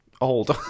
old